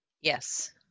Yes